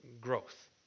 growth